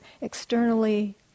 externally